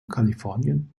kalifornien